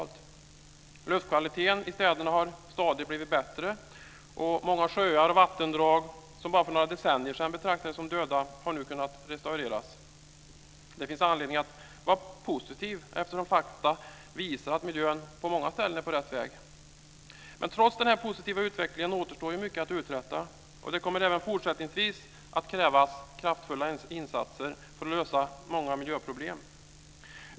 Luftkvaliteten i städerna har stadigt blivit bättre, och många sjöar och vattendrag som bara för några decennier sedan betraktades som döda har nu kunnat restaureras. Det finns anledning att vara positiv, eftersom fakta visar att miljön på många ställen är på rätt väg. Men trots den positiva utvecklingen återstår mycket att uträtta, och det kommer även fortsättningsvis att krävas kraftfulla insatser för att lösa många miljöproblem.